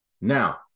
now